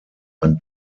ein